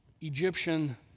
Egyptian